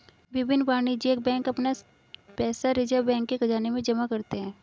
विभिन्न वाणिज्यिक बैंक अपना पैसा रिज़र्व बैंक के ख़ज़ाने में जमा करते हैं